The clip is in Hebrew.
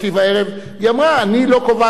היא אמרה: אני לא קובעת איפה יהיו,